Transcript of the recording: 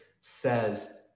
says